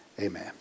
amen